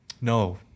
no